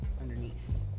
underneath